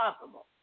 possible